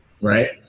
Right